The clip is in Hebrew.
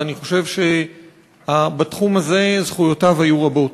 ואני חושב שבתחום הזה זכויותיו היו רבות.